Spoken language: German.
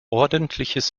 ordentliches